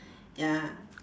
ya